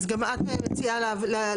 אז גם את מציעה להבהיר בסעיף נפרד.